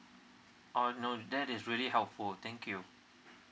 uh no that is really helpful thank you